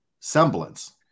Semblance